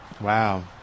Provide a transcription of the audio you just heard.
Wow